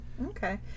Okay